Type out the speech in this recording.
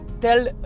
tell